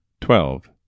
Twelve